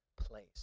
place